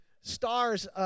Stars